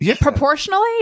proportionally